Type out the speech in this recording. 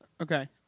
Okay